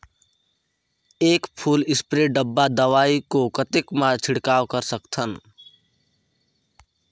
एक full spray डब्बा दवाई को कतेक म छिड़काव कर सकथन?